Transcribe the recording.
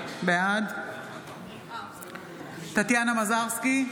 בעד טטיאנה מזרסקי,